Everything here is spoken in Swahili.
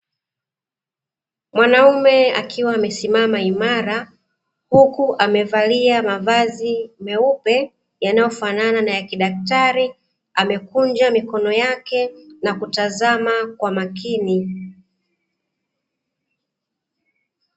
Mwanaume akiwa amesimama imara, huku amevalia mavazi meupe yanayofanana na ya kidaktari, amekunja mikono yake na kutazama kwa makini.